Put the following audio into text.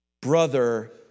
Brother